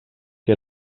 que